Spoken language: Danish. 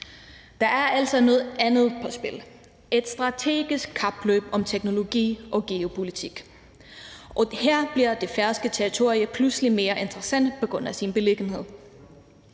Der er altså noget andet på spil – et strategisk kapløb om teknologi og geopolitik. Og her bliver det færøske territorie pludselig mere interessant på grund af sin beliggenhed.